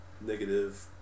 negative